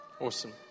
Awesome